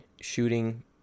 shooting